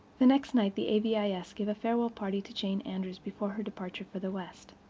the next night the a v i s. gave a farewell party to jane andrews before her departure for the west.